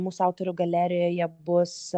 mūsų autorių galerijoje bus